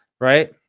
right